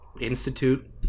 Institute